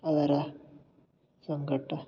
ಅದರ ಸಂಗಾಟ